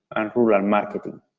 and rural marketing,